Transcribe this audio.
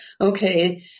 Okay